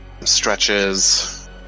stretches